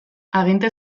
aginte